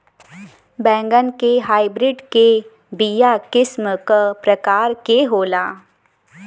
बैगन के हाइब्रिड के बीया किस्म क प्रकार के होला?